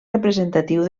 representatiu